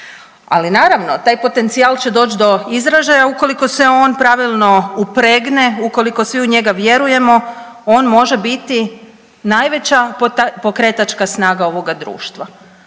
Ali naravno taj potencijal će doći do izražaja ukoliko se on pravilno upregne, ukoliko svi u njega vjerujemo on može biti najveća pokretačka snaga ovoga društva.